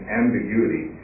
ambiguity